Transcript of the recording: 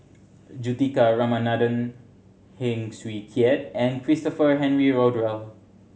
Juthika Ramanathan Heng Swee Keat and Christopher Henry Rothwell